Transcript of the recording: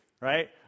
right